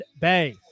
Bay